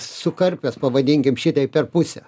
sukarpęs pavadinkim šitaip per pusę